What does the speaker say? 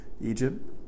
Egypt